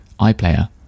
iPlayer